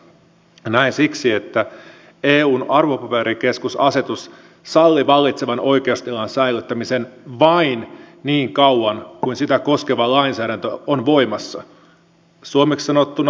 näin siksi että eun arvopaperikeskusasetus sallii vallitsevan oikeustilan säilyttämisen vain niin kauan kuin sitä koskeva lainsäädäntö on voimassa suomeksi sanottuna